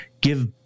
give